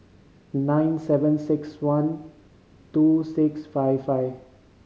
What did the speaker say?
nine seven six one two six five five